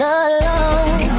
alone